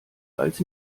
als